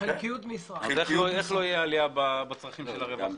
איך לא תהיה עלייה בצורכי הרווחה?